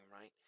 right